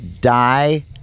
die